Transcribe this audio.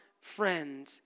friend